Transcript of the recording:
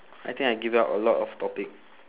I think I give out a lot of topic